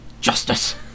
Justice